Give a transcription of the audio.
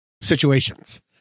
situations